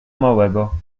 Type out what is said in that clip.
małego